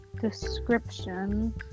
description